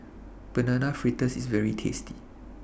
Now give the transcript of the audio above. Banana Fritters IS very tasty